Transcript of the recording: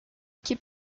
que